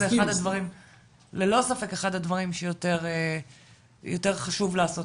זה אחד הדברים שיותר חשוב לעשות.